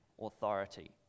authority